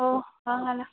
ഓ വാങ്ങാമല്ലോ